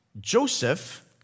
Joseph